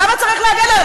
למה צריך להגן עליו?